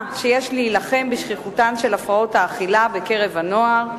שיש להילחם בשכיחותן של הפרעות האכילה בקרב הנוער.